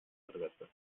adresse